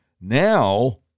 now